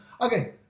Okay